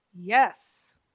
Yes